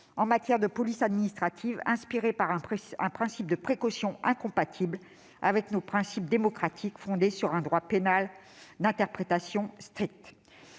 en matière de police administrative, inspiré par un principe de précaution incompatible avec nos principes démocratiques, fondés sur un droit pénal d'interprétation stricte.